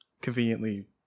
conveniently